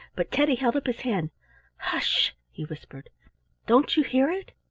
but teddy held up his hand hush! he whispered don't you hear it?